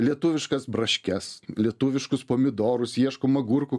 lietuviškas braškes lietuviškus pomidorus ieškom agurkų